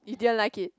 you didn't like it